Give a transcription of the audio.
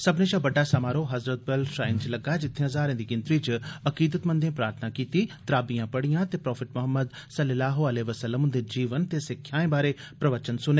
सब्बनें शा बड्डा समारोह हज़रतबल श्राइन च लग्गा जित्थे ज्हारें दी गिनतरी च अकीदतमंदें प्रार्थना कीतियां त्राबियां पढ़ियां ते प्रोफेट मोहम्मद सल इल्लाहो अलहे वसल्लम उन्दे जीवन ते सिक्खेयाएं बारै प्रवचन सुने